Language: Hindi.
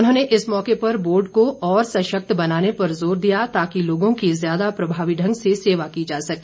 उन्होंने इस मौके पर बोर्ड को और सशक्त बनाने पर जोर दिया ताकि लोगों की ज्यादा प्रभावी ढंग से सेवा की जा सके